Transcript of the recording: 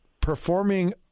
performing